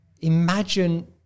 imagine